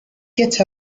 get